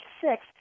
six